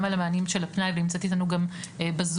המענים של הפנאי ונמצאת איתנו גם בזום,